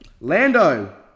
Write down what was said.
Lando